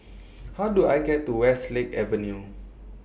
How Do I get to Westlake Avenue